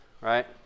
right